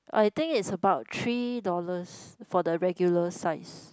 I think it's about three dollars for the regular size